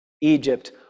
Egypt